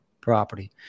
property